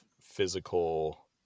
physical